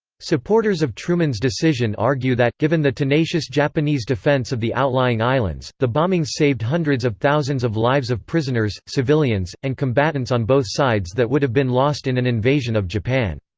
supporters of truman's decision argue that, given the tenacious japanese defense of the outlying islands, the bombings saved hundreds of thousands of lives of prisoners, civilians, and combatants on both sides that would have been lost in an invasion of japan.